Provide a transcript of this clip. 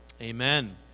amen